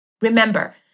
Remember